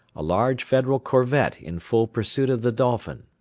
a large federal corvette in full pursuit of the dolphin.